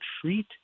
treat